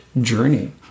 journey